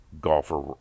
golfer